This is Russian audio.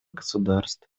государств